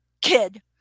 Kid